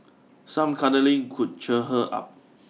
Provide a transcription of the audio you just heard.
some cuddling could cheer her up